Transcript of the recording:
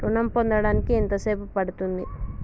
ఋణం పొందడానికి ఎంత సేపు పడ్తుంది?